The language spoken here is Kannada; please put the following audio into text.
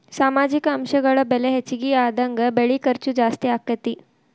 ಸಾಮಾಜಿಕ ಅಂಶಗಳ ಬೆಲೆ ಹೆಚಗಿ ಆದಂಗ ಬೆಳಿ ಖರ್ಚು ಜಾಸ್ತಿ ಅಕ್ಕತಿ